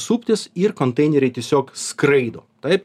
suptis ir konteineriai tiesiog skraido taip